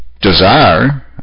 desire